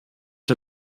der